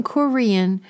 Korean